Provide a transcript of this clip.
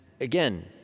again